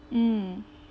mm